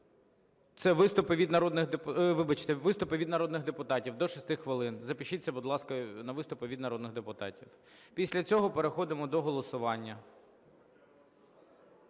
виступи від народних депутатів – до шести хвилин. Запишіться, будь ласка, на виступи від народних депутатів. Після цього переходимо до голосування.